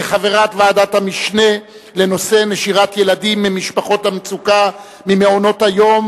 כחברת ועדת המשנה לנושא נשירת ילדים ממשפחות המצוקה ממעונות-היום